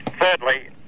Thirdly